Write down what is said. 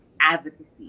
advocacy